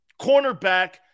cornerback